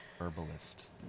herbalist